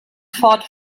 fought